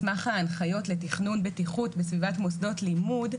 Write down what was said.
מסמך ההנחיות לתכנון בטיחות בסביבת מוסדות לימוד,